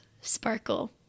sparkle